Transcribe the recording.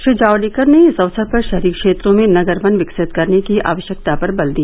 श्री जावडेकर ने इस अवसर पर शहरी क्षेत्रों में नगर वन विकसित करने की आवश्यकता पर बल दिया